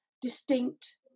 distinct